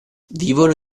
vivono